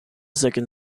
second